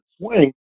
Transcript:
swing